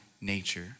nature